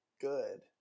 good